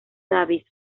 davis